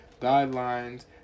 guidelines